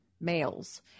males